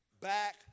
back